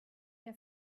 der